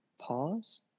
Pause